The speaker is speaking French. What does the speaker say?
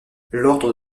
l’ordre